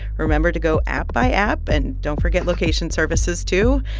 remember to go app by app, and don't forget location services, too.